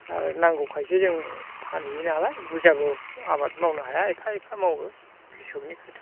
आरो नांगौखायसो जों फानहैयो नालाय बुरजाबो आबाद मावनो हाया एफा एफा मावो क्रिश'कनि खोथा